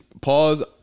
pause